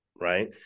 right